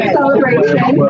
Celebration